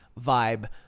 vibe